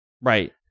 Right